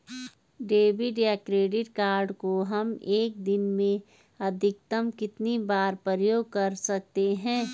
Debit या credit card को हम एक दिन में अधिकतम कितनी बार प्रयोग कर सकते हैं?